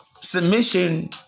Submission